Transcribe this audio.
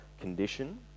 condition